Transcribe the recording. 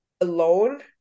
alone